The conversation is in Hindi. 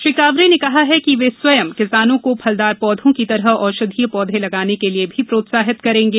श्री कावरे ने कहा है कि वे स्वयं किसानों को फलदार पौधों की तरह औषधीय पौधे लगाने के लिये भी प्रोत्साहित करेंगे